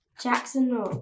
Jackson